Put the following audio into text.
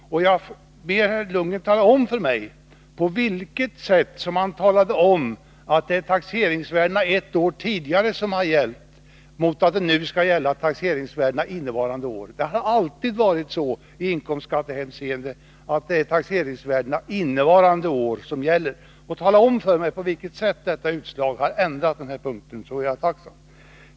Jag ber herr Lundgren tala om för mig hur man av regeringsrättens dom kan utläsa att det är taxeringsvärdet under överlåtelseåret som skall gälla i stället för, som tidigare, taxeringsvärdet ett år dessförinnan. I inkomstskattehänseende har alltid taxeringsvärdena innevarande år gällt. Jag vore tacksam om herr Lundgren ville tala om för mig på vilket sätt detta utslag har inneburit en förändring.